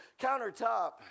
countertop